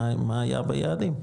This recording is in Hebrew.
מה היה ביעדים?